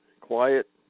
quiet